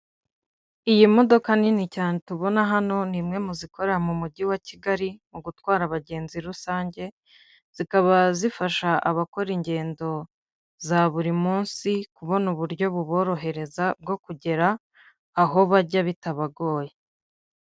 Iyi modoka nini cyane tubona hano ni imwe mu zikorera mu mujyi wa kigali mu gutwara abagenzi rusange zikaba zifasha abakora ingendo za buri munsi kubona uburyo buborohereza bwo kugera aho bajya bitabagoye.